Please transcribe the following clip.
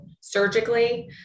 surgically